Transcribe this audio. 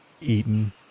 eaten